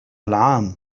العام